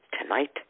Tonight